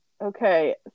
Okay